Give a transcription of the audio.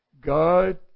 God